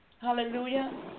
Hallelujah